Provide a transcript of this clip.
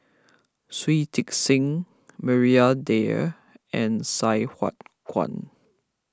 Shui Tit Sing Maria Dyer and Sai Hua Kuan